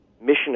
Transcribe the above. mission